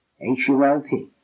H-U-L-P